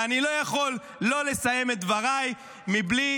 ואני לא יכול לא לסיים את דבריי מבלי